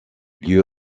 lieu